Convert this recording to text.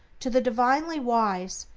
to the divinely wise,